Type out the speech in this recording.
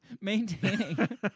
Maintaining